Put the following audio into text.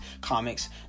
comics